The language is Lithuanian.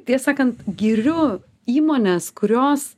tiesą sakant giriu įmones kurios